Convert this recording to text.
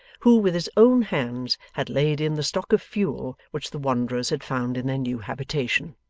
who with his own hands had laid in the stock of fuel which the wanderers had found in their new habitation.